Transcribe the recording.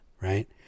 right